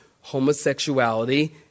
homosexuality